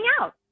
out